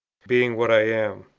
being what i am?